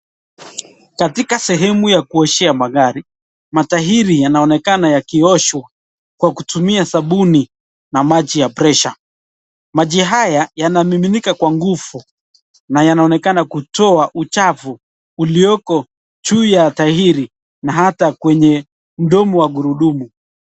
Katika sehemu ya kuoshea magari, matairi yanaonekana yakioshwa kwa kutumia sabuni na maji ya presha. Maji haya yanamiminika kwa nguvu na yanaonekana kutoa uchafu ulioko juu ya tairi na hata kwenye mdomo wa gurudumu.